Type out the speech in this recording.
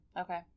Okay